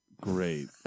Great